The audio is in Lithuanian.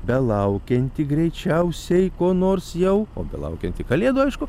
belaukiantį greičiausiai ko nors jau o belaukiantį kalėdų aišku